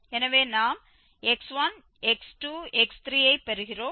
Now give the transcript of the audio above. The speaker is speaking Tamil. எனவே நாம் x1 x2 x3ஐ பெறுகிறோம்